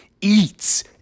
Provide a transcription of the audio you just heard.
eats